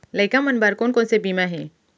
लइका मन बर कोन कोन से बीमा हे?